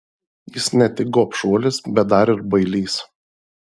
jis ne tik gobšuolis bet dar ir bailys